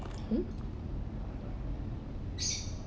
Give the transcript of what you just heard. hmm